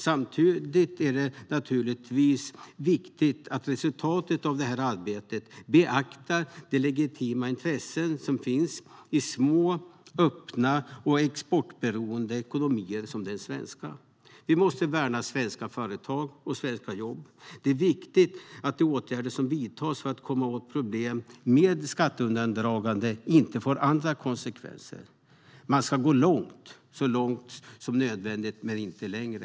Samtidigt är det naturligtvis viktigt att resultatet av detta arbete beaktar de legitima intressen som finns i små, öppna och exportberoende ekonomier som den svenska. Vi måste värna svenska företag och jobb. Det är viktigt att de åtgärder som vidtas för att komma åt problem med skatteundandragande inte får andra konsekvenser. Man ska gå så långt som är nödvändigt men inte längre.